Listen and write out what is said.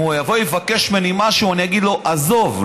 אם הוא יבוא ויבקש ממני משהו אני אגיד לו: עזוב,